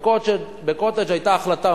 ב"קוטג'" היתה החלטה,